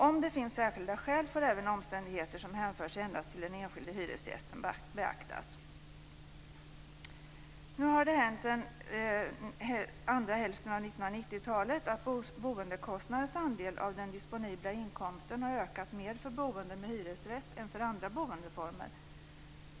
Om det finns särskilda skäl får även omständigheter som hänför sig endast till den enskilde hyresgästen beaktas. Sedan andra hälften av 1990-talet har boendekostnadens andel av den disponibla inkomsten ökat mer för boende med hyresrätt än för andra boendeformer.